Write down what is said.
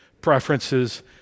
preferences